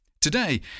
Today